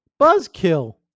buzzkill